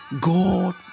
God